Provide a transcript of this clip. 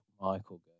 Michael